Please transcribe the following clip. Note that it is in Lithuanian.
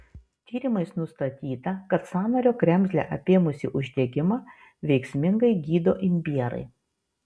tyrimais nustatyta kad sąnario kremzlę apėmusį uždegimą veiksmingai gydo imbierai